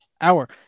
hour